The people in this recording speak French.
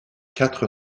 quatre